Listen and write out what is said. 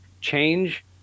change